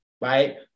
right